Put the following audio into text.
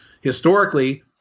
Historically-